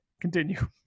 Continue